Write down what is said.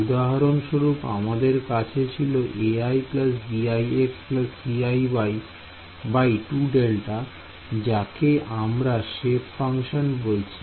উদাহরণস্বরূপ আমাদের কাছে ছিল ai bix ciy2Δ যাকে আমরা সেপ ফাংশন বলেছি